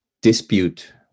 dispute